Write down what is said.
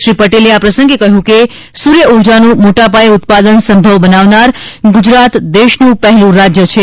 શ્રી પટેલે આ પ્રસંગે કહ્યું હતું કે સૂર્યઉર્જાનું મોટાપાયે ઉત્પાદન સંભવ બનાવનાર ગુજરાત દેશનું પહેલું રાજ્ય છે